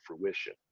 fruition